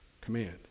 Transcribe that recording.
command